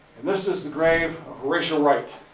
and this is the grave of horatio wright.